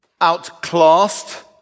outclassed